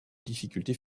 difficultés